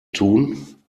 tun